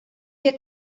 wir